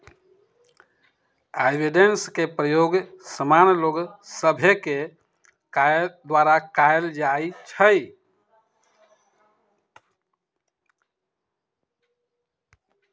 avoidance के प्रयोग सामान्य लोग सभके द्वारा कयल जाइ छइ